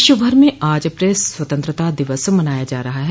विश्व भर में आज प्रेस स्वततंत्रता दिवस मनाया जा रहा है